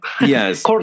Yes